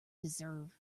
deserve